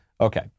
Okay